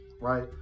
Right